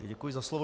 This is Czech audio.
Děkuji za slovo.